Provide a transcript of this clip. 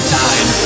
time